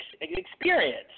experience